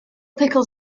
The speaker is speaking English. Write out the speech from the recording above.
pickles